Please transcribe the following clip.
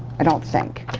i don't think.